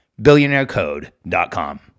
Billionairecode.com